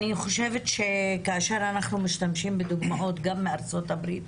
אני חושבת כשאנחנו משתמשים בדוגמאות גם מארצות הברית,